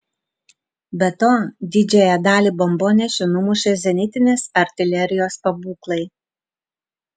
be to didžiąją dalį bombonešių numušė zenitinės artilerijos pabūklai